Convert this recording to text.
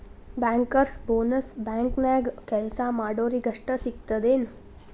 Bankers bonus ಬ್ಯಾಂಕ್ನ್ಯಾಗ್ ಕೆಲ್ಸಾ ಮಾಡೊರಿಗಷ್ಟ ಸಿಗ್ತದೇನ್?